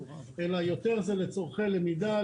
אלא זה יותר לצרכי למידה,